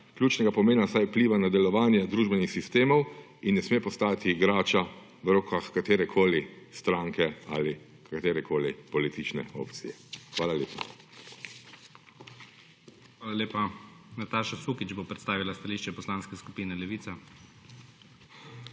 ključnega pomena, saj vpliva na delovanje družbenih sistemov in ne sme postati igrača v rokah katerekoli stranke ali katerekoli politične opcije. Hvala lepa. PREDSEDNIK IGOR ZORČIČ: Hvala lepa. Nataša Sukič bo predstavila stališče Poslanske skupine Levica.